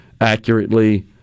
accurately